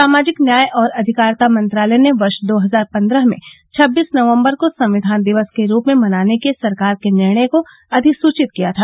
सामाजिक न्याय और अधिकारिता मंत्रालय ने वर्ष दो हजार पन्द्रह में छब्बीस नवंबर को संविधान दिवस के रूप में मनाने के सरकार के निर्णय को अधिसूचित किया था